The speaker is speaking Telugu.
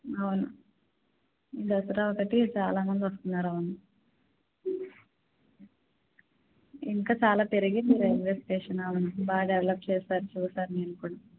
అవును దసరా ఒకటి చాలా మంది వస్తున్నారు అవును ఇంక చాలా తిరిగింది రైల్వే స్టేషన్ అవన్నీ బాగా డెవలప్ చేసారు చూడ్డానికి కూడా